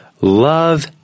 love